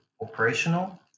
operational